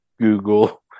Google